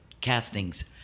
castings